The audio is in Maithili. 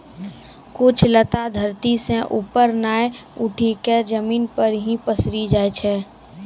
कुछ लता धरती सं ऊपर नाय उठी क जमीन पर हीं पसरी जाय छै